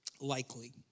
likely